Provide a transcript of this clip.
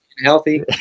healthy